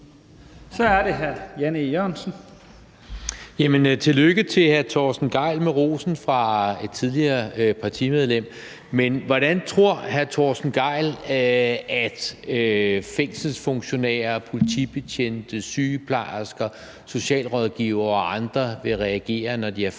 Kl. 16:45 Jan E. Jørgensen (V): Jamen tillykke til hr. Torsten Gejl med rosen fra et tidligere partimedlem. Men hvordan tror hr. Torsten Gejl at fængselsfunktionærer, politibetjente, sygeplejersker, socialrådgivere og andre vil reagere, når de erfarer,